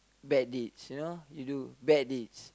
bad deeds you know you do bad deeds